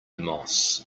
moss